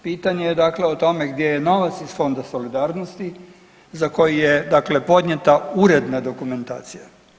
Pitanje je dakle o tome gdje je novac iz Fonda solidarnosti za koji je dakle podnijeta uredna dokumentacija?